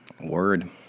word